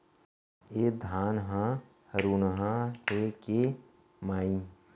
ए धान ह हरूना हे के माई?